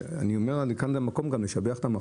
כאן המקום גם לשבח את המכון,